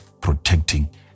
protecting